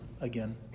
again